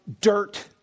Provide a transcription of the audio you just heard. dirt